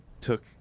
took